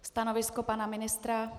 Stanovisko pana ministra?